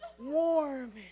warm